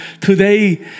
today